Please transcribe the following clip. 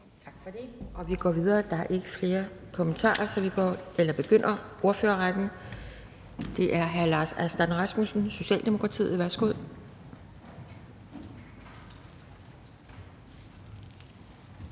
næstformand (Pia Kjærsgaard): Der er ikke flere kommentarer, så vi begynder på ordførerrækken. Det er hr. Lars Aslan Rasmussen, Socialdemokratiet. Værsgo.